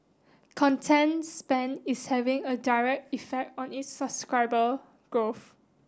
content spend is having a direct effect on its subscriber growth